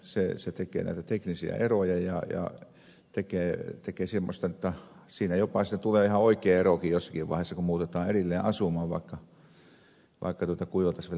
se tekee näitä teknisiä eroja ja tekee semmoista jotta siinä sitten tulee jopa ihan oikea erokin jossakin vaiheessa kun muutetaan erilleen asumaan vaikka kuin oltaisiin vielä yhdessä